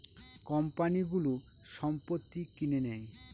কোম্পানিগুলো সম্পত্তি কিনে নেয়